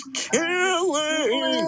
killing